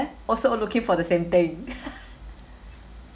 also looking for the same thing